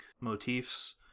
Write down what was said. motifs